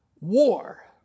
war